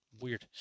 weird